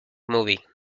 movie